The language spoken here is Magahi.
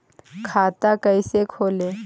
खाता कैसे खोले?